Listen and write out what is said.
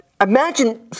imagine